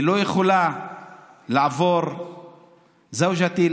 היא לא יכולה לעבור (אומר דברים בשפה הערבית,